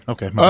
Okay